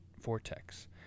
vortex